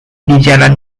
dijalan